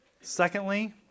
Secondly